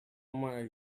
more